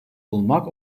bulmak